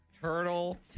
Turtle